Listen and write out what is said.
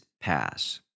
Pass